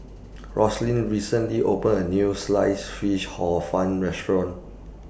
Rosslyn recently opened A New Sliced Fish Hor Fun Restaurant